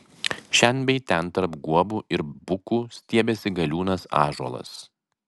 šen bei ten tarp guobų ir bukų stiepėsi galiūnas ąžuolas